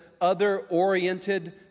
other-oriented